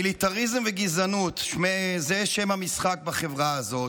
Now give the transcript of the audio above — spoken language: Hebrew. מיליטריזם וגזענות זה שם המשחק בחברה הזאת.